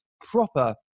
proper